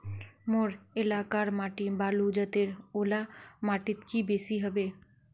मोर एलाकार माटी बालू जतेर ओ ला माटित की बेसी हबे?